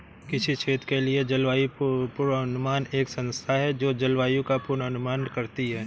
किसी क्षेत्र के लिए जलवायु पूर्वानुमान एक संस्था है जो जलवायु का पूर्वानुमान करती है